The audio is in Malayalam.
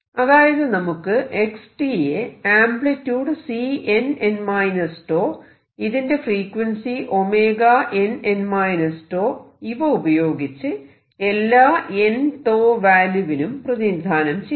അതായത് നമുക്ക് x യെ ആംപ്ലിട്യൂഡ് Cnn 𝞃 ഇതിന്റെ ഫ്രീക്വൻസി nn τ ഇവ ഉപയോഗിച്ച് എല്ലാ n വാല്യൂവിനും പ്രതിനിധാനം ചെയ്യണം